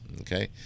okay